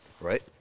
Right